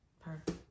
Perfect